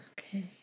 Okay